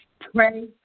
pray